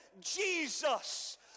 Jesus